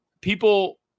people